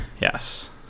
Yes